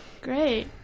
great